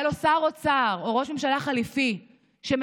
והיה לו שר אוצר או ראש ממשלה חליפי שמנער